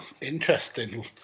interesting